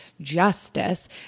justice